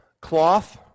Cloth